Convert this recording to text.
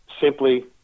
simply